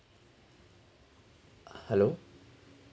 hello